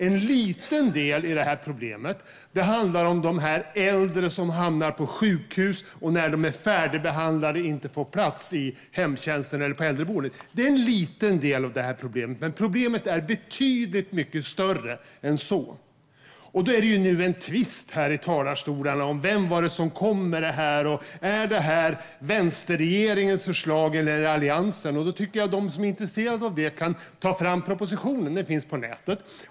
En liten del av problemet handlar om de äldre som hamnar på sjukhus och som när de är färdigbehandlade inte får plats i hemtjänsten eller på äldreboendet. Det är alltså en liten del av problemet, som är betydligt mycket större än så. Nu är det en tvist här i talarstolarna om vem det var som kom med förslaget: Är det vänsterregeringens förslag eller Alliansens? Jag tycker att de som är intresserade av detta kan ta fram propositionen, som finns på nätet.